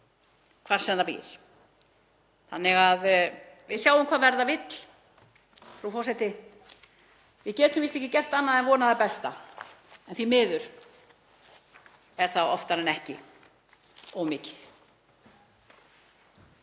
hvar sem það býr. Við sjáum hvað verða vill, frú forseti. Við getum víst ekki gert annað en vonað það besta. En því miður er það oftar en ekki of mikið.